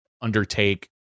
undertake